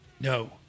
No